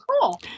cool